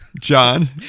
John